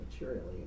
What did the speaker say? materially